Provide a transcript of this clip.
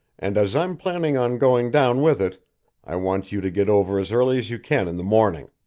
and as i'm planning on going down with it i want you to get over as early as you can in the morning.